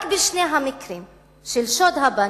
רק בשני המקרים של שוד הבנקים,